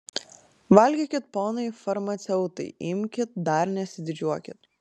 valgykit ponai farmaceutai imkit dar nesididžiuokit